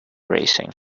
racing